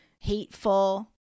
hateful